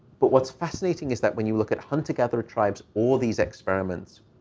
but what's fascinating is that when you look at hunter-gatherer tribes, all these experiments